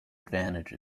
advantage